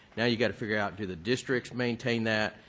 now you got to figure out do the districts maintain that.